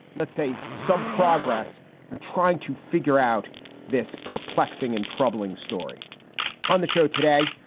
let's say, some progress and trying to figure out this perplexing and troubling story on the show today,